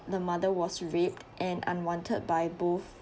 the mother was raped and unwanted by both